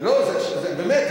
באמת,